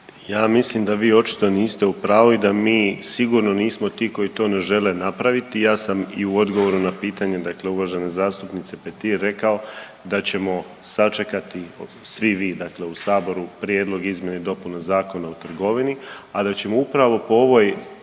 Ja mislim da vi očito niste u pravu i da mi sigurno nismo ti koji to ne žele napraviti. Ja sam i u odgovoru na pitanje dakle uvažene zastupnice Petir rekao da ćemo sačekati svi vi dakle u saboru prijedlog izmjena i dopuna Zakona o trgovini, ali da ćemo upravo po ovoj